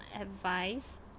advice